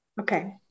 Okay